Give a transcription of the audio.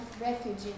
refugee